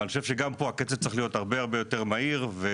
אבל,